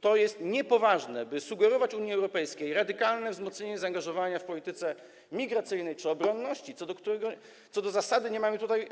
To jest niepoważne, by sugerować Unii Europejskiej radykalne wzmocnienie zaangażowania w polityce migracyjnej czy obronności, co do którego co do zasady nie mamy tutaj